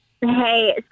Hey